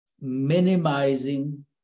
minimizing